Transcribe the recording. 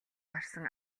гарсан